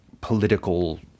political